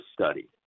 study